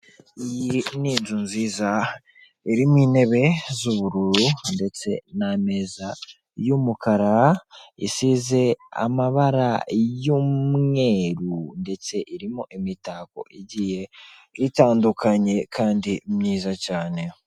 Iyi ni inzu nziza, irimo intebe z'ubururu ndetse n'ameza y'umukara, isize amabara y'umweru ndetse irimo imitako igiye itandukanye kandi myiza cyane.